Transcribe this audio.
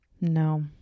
No